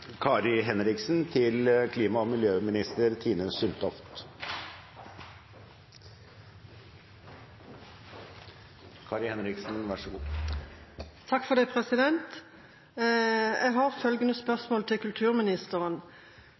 har følgende spørsmål til kulturministeren: